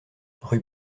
rue